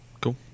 cool